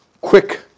quick